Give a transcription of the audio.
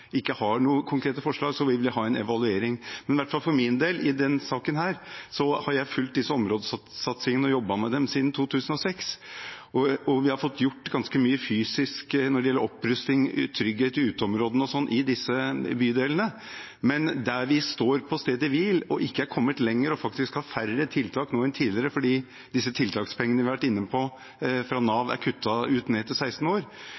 ikke har noen konkrete forslag – da vil vi ha en evaluering. For min del har jeg i denne saken fulgt områdesatsingene og jobbet med dem siden 2006, og vi har fått gjort ganske mye fysisk når det gjelder opprusting, trygghet i uteområdene og sånt i disse bydelene. Men der vi står på stedet hvil, ikke har kommet lenger og faktisk har færre tiltak nå enn tidligere – fordi disse tiltakspengene fra Nav som vi har vært inne på, er kuttet ut for dem ned til 16 år